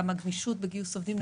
גם הגמישות בגיוס עובדים.